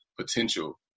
potential